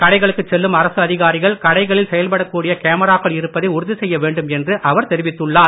கடைகளுக்குச் செல்லும் அரசு அதிகாரிகள் கடைகளில் செயல்படக் கூடிய கேமராக்கள் இருப்பதை உறுதிசெய்ய வேண்டும் என்று அவர் தெரிவித்துள்ளார்